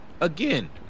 again